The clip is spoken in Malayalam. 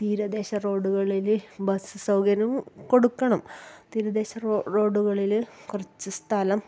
തീരദേശ റോഡുകളില് ബസ്സ് സൗകര്യം കൊടുക്കണം തീരദേശ റോഡുകളില് കുറച്ച് സ്ഥലം